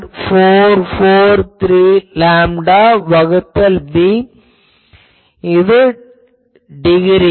443 lambda வகுத்தல் b டிகிரியில்